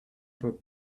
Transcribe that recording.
that